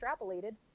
extrapolated